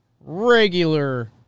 regular